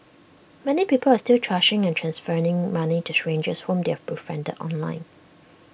many people are still trusting and transferring money to strangers whom they are befriended online